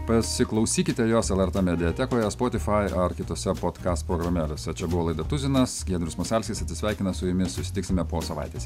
pasiklausykite jos lrt mediatekoje spotifai ar kitose podkast programėlėse čia buvo laida tuzinas giedrius masalskis atsisveikina su jumis susitiksime po savaitės